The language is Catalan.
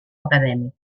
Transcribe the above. acadèmic